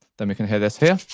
then we can hear this here.